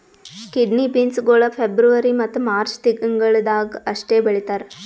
kidney beans ಗೊಳ್ February ಮತ್ತ March ತಿಂಗಿಳದಾಗ್ ಅಷ್ಟೆ ಬೆಳೀತಾರ್